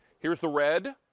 here is the red.